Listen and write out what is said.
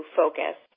focus